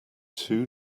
two